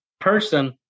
person